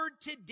today